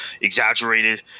exaggerated